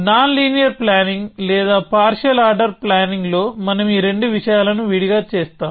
non linear planning లేదా partial order planning లో మనం ఈ రెండు విషయాలను విడిగా చేస్తాం